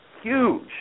huge